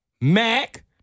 Mac